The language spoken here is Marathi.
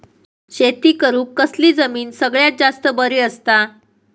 शेती करुक कसली जमीन सगळ्यात जास्त बरी असता?